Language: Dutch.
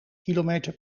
kilometer